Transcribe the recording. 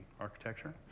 architecture